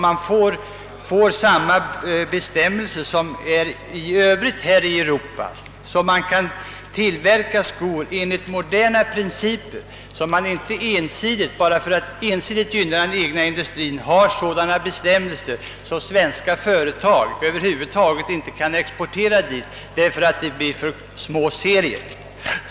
Det är angeläget att bestämmelserna blir desamma som gäller för Europa i Övrigt, så att skorna kan tillverkas enligt moderna principer. Man får inte, bara för att ensidigt gynna den egna industrin, ha sådana bestämmelser att svenska företag över huvud taget inte kan exportera till Norge, därför att det blir för små serier.